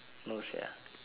no sia